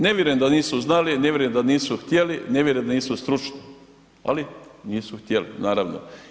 Ne vjerujem da nisu znali, ne vjerujem da nisu htjeli, ne vjerujem da nisu stručni ali nisu htjeli naravno.